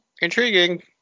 intriguing